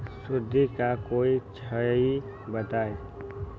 सुडी क होई छई बताई?